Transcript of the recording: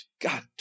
God